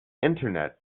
internet